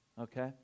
Okay